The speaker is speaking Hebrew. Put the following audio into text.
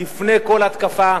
לפני כל התקפה,